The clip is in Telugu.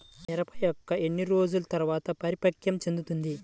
మిరప మొక్క ఎన్ని రోజుల తర్వాత పరిపక్వం చెందుతుంది?